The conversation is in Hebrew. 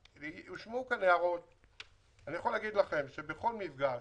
הושמעו כאן הערות ואני יכול להגיד לכם שבכל מפגש